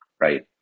right